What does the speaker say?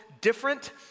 different